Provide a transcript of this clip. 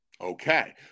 Okay